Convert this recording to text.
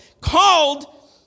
called